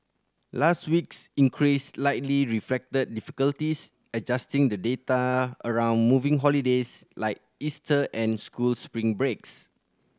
last week's increase likely reflected difficulties adjusting the data around moving holidays like Easter and school spring breaks